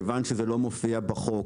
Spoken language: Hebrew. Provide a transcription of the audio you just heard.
כיוון שזה לא מופיע בחוק,